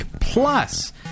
Plus